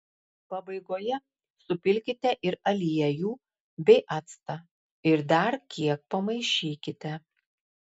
pabaigoje supilkite ir aliejų bei actą ir dar kiek pamaišykite